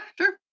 sure